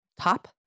top